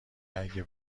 اگه